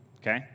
okay